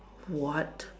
what